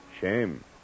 Shame